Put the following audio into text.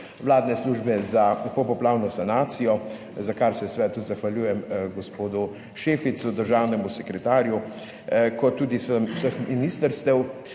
vladne službe za popoplavno sanacijo, za kar se seveda tudi zahvaljujem gospodu Šeficu, državnemu sekretarju, kot tudi seveda vseh ministrstev.